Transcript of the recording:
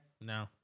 No